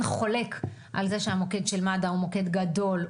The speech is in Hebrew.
חולק על זה שהמוקד של מד"א הוא מוקד גדול,